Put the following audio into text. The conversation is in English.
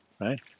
right